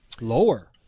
Lower